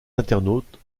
internautes